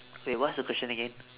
wait what's your question again